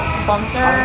sponsor